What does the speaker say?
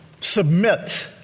submit